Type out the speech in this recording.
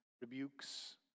rebukes